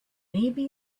maybe